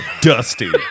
Dusty